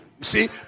see